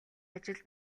ажил